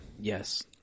yes